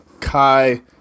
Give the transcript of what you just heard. Kai